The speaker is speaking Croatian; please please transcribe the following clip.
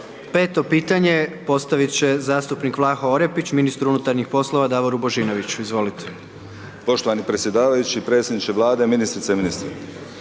Peto pitanje postavit će zastupnik Vlaho Orepić ministru unutarnjih poslova Davoru Božinoviću, izvolite. **Orepić, Vlaho (Nezavisni)** Poštovani predsjedavajući, predsjedniče Vlade, ministrice i ministri.